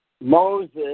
Moses